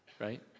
right